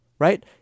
Right